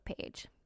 page